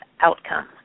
outcome